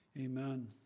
Amen